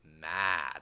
mad